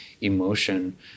emotion